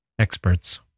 Experts